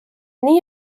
nii